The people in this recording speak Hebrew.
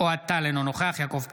אוהד טל, אינו נוכח יעקב טסלר,